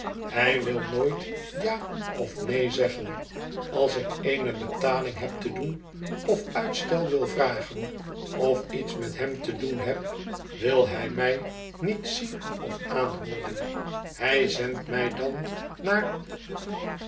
hij wil nooit ja of neen zeggen als ik eene betaling heb te doen of uitstel wil vragen of iets met hem te doen heb wil hij mij niet zien of aanhooren hij zendt mij dan naar